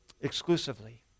Exclusively